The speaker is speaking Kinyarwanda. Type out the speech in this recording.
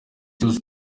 cyose